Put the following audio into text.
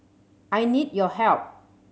I need your help